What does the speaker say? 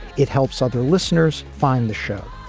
it helps other listeners find the show.